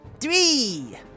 Three